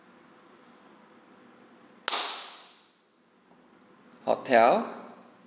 hotel